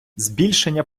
збільшення